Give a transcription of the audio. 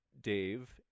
dave